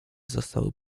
zostały